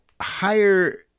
higher